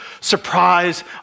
surprise